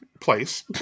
place